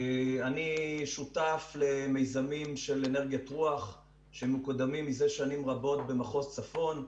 אני שותף למיזמים של אנרגיית רוח שמקודמים זה שנים רבות במחוז צפון,